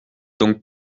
donc